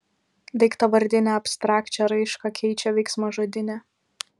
daiktavardinę abstrakčią raišką keičia veiksmažodinė